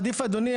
אדוני,